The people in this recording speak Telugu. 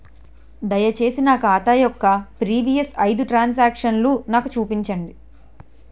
దయచేసి నా ఖాతా యొక్క ప్రీవియస్ ఐదు ట్రాన్ సాంక్షన్ నాకు చూపండి